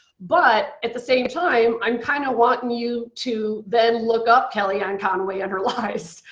but at the same time, i'm kind of wanting you to then look up kelly ann conway and her lies.